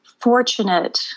fortunate